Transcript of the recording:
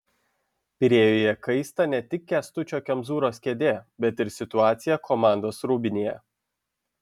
pirėjuje kaista ne tik kęstučio kemzūros kėdė bet ir situacija komandos rūbinėje